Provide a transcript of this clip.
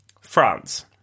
France